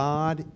God